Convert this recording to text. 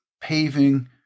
paving